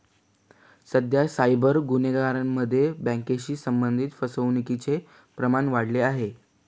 सध्या सायबर गुन्ह्यांमध्ये बँकेशी संबंधित फसवणुकीचे प्रमाण वाढले आहे